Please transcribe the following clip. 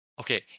Okay